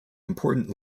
important